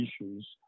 issues